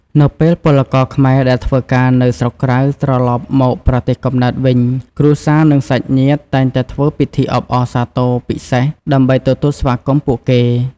នៅពេលពលករខ្មែរដែលធ្វើការនៅស្រុកក្រៅត្រឡប់មកប្រទេសកំណើតវិញ គ្រួសារ និងសាច់ញាតិតែងតែធ្វើពិធីអបអរសាទរពិសេស ដើម្បីទទួលស្វាគមន៍ពួកគេ។